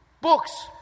Books